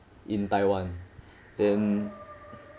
in taiwan then